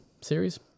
series